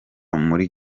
muri